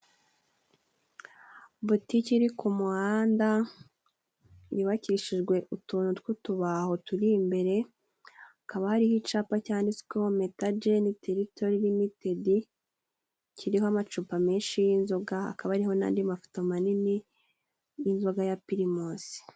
Butiki iri ku muhanda yubakishijwe utuntu tw'utubaho turi imbere, hakaba hariho icapa cyanditsweho metajeni terito limitedi kiriho amacupa menshi y'inzoga, hakaba hariho n'andi mafoto manini y'inzoga ya pirimusi.